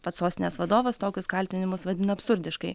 pats sostinės vadovas tokius kaltinimus vadina absurdiškai